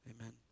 Amen